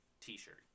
t-shirt